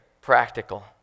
practical